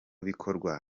bikorwa